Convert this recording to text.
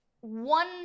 one